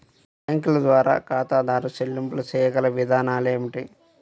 బ్యాంకుల ద్వారా ఖాతాదారు చెల్లింపులు చేయగల విధానాలు ఏమిటి?